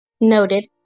Noted